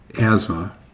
asthma